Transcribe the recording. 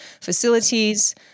facilities